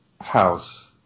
house